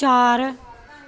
ਚਾਰ